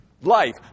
life